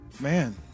Man